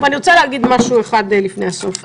אני רוצה להגיד משהו אחד לפני הסוף.